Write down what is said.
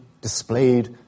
displayed